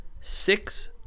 six